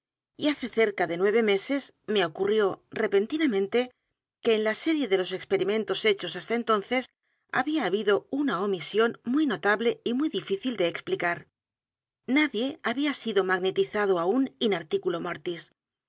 c e cerca de nueve meses me ocurrió repentinamente q u e edgar poe novelas y cuentos en la serie de los experimentos hechos hasta entonces había habido j i ñ a omisión muy notable y muy difícil de e x p l i c a r nadie había sido magnetizado aún in articulo mortis